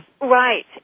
Right